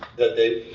that they.